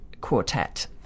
quartet